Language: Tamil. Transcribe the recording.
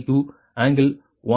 532 ஆங்கிள் 183